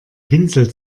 pinsel